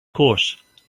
course